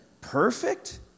perfect